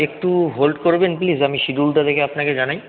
একটু হোল্ড করবেন প্লিজ আমি শিডিউলটা দেখে আপনাকে জানাই